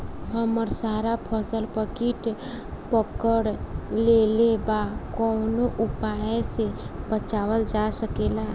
हमर सारा फसल पर कीट पकड़ लेले बा कवनो उपाय से बचावल जा सकेला?